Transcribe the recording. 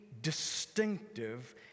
distinctive